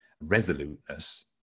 resoluteness